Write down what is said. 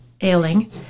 ailing